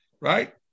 Right